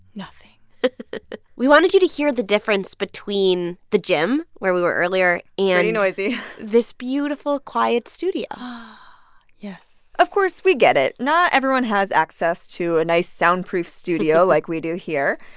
nothing we wanted you to hear the difference between the gym, where we were earlier, and. pretty noisy. this beautiful, quiet studio yes. of course, we get it. not everyone has access to a nice soundproof studio like we do here.